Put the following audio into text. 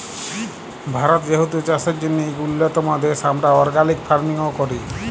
ভারত যেহেতু চাষের জ্যনহে ইক উল্যতম দ্যাশ, আমরা অর্গ্যালিক ফার্মিংও ক্যরি